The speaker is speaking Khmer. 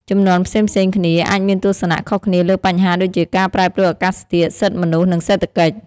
ជំនាន់ផ្សេងៗគ្នាអាចមានទស្សនៈខុសគ្នាលើបញ្ហាដូចជាការប្រែប្រួលអាកាសធាតុ សិទ្ធិមនុស្ស និងសេដ្ឋកិច្ច។